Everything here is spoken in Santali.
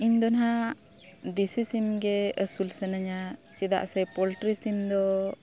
ᱤᱧᱫᱚ ᱱᱟᱦᱟᱜ ᱫᱮᱥᱤ ᱥᱤᱢᱜᱮ ᱟᱹᱥᱩᱞ ᱥᱟᱱᱟᱧᱟ ᱪᱮᱫᱟᱜ ᱥᱮ ᱯᱳᱞᱴᱨᱤ ᱥᱤᱢ ᱫᱚ